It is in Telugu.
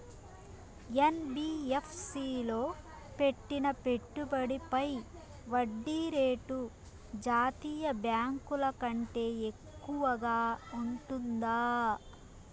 యన్.బి.యఫ్.సి లో పెట్టిన పెట్టుబడి పై వడ్డీ రేటు జాతీయ బ్యాంకు ల కంటే ఎక్కువగా ఉంటుందా?